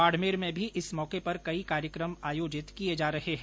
बाडमेर में भी इस मौके पर कई कार्यक्रम आयोजित किये जा रहे हैं